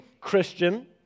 Christian